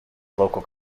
local